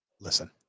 listen